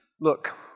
look